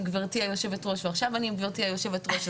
עם גבירתי היושבת ראש ועכשיו אני עם גבירתי היושבת ראש.